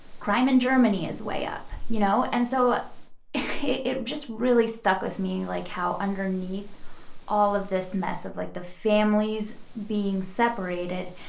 crime in germany is way up you know, and so it it just really stuck with me, like, how underneath all of this mess of, like, the families being separated,